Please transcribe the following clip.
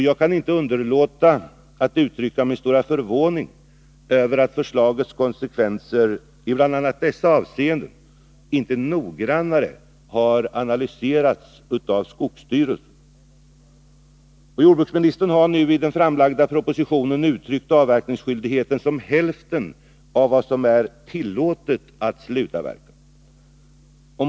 Jag kan inte underlåta att uttrycka min stora förvåning över att förslagets konsekvenser i bl.a. dessa avseenden inte noggrannare analyserats av skogsstyrelsen. Jordbruksministern har i den nu framlagda propositionen uttryckt avverkningsskyldigheten som hälften av vad som är tillåtet att slutavverka.